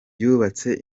yubatse